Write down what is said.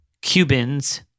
Cubans